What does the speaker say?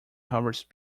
harvest